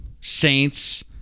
Saints